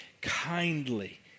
kindly